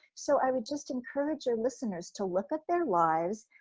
so i would just encourage your listeners to look at their lives,